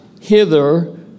hither